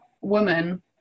woman